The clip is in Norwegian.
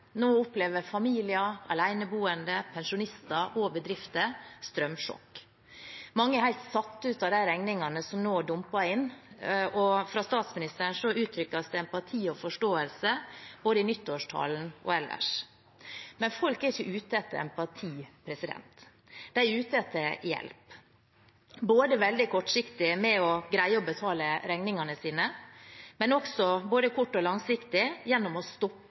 Nå opplever familier, aleneboende, pensjonister og bedrifter et strømsjokk. Mange er helt satt ut av de regningene som nå dumper inn, og fra statsministeren uttrykkes det empati og forståelse i både nyttårstalen og ellers. Men folk er ikke ute etter empati. De er ute etter hjelp, både på veldig kort sikt, med å greie å betale regningene sine, og på lang sikt, gjennom å stoppe